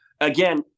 again